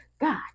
God